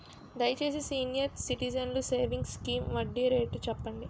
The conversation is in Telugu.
దయచేసి సీనియర్ సిటిజన్స్ సేవింగ్స్ స్కీమ్ వడ్డీ రేటు చెప్పండి